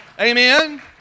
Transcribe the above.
Amen